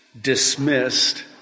dismissed